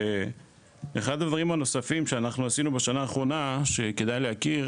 אחד הדברים הנוספים שאנחנו עשינו בשנה האחרונה שכדאי להכיר,